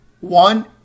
one